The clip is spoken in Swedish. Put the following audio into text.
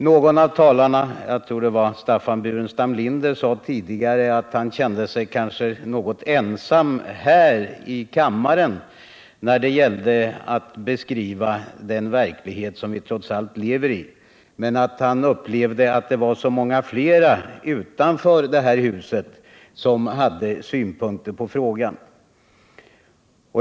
Någon av talarna — jag tror det var Staffan Burenstam Linder — sade tidigare att han kände sig ganska ensam här i kammaren när det gällde att beskriva den verklighet som vi trots allt lever i men att han upplevde att det var många fler utanför riksdagshuset som hade en klar uppfattning i frågan.